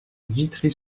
vitry